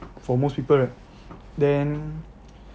for most people right then